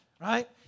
right